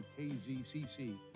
KZCC